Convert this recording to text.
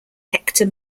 hector